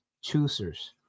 choosers